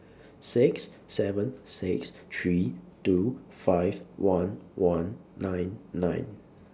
six seven six three two five one one nine nine